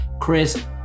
Chris